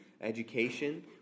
education